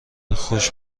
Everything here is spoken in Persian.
خوش